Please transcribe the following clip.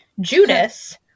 Judas